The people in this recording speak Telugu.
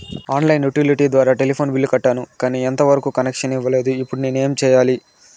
ఆన్ లైను యుటిలిటీ ద్వారా టెలిఫోన్ బిల్లు కట్టాను, కానీ ఎంత వరకు కనెక్షన్ ఇవ్వలేదు, ఇప్పుడు నేను ఏమి సెయ్యాలి?